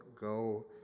go